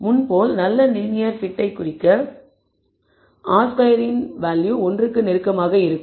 முன்போல் நல்ல linear fit குறிக்க R2 இன் வேல்யூ 1 க்கு நெருக்கமாக இருக்கும்